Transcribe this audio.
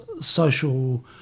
social